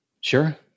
Sure